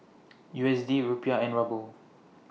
U S D Rupiah and Ruble